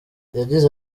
yagize